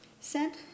sent